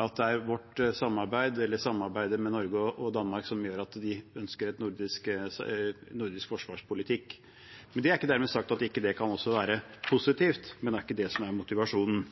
at det er vårt samarbeid eller samarbeidet med Norge og Danmark som gjør at de ønsker en nordisk forsvarspolitikk. Det er ikke dermed sagt at ikke det også kan være positivt, men det er ikke det som er motivasjonen.